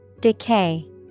Decay